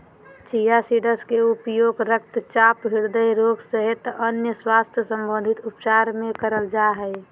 chia seeds के उपयोग रक्तचाप, हृदय रोग सहित अन्य स्वास्थ्य संबंधित उपचार मे करल जा हय